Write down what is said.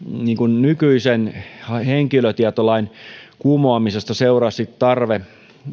nykyisen henkilötietolain kumoamisesta seuraisi tarve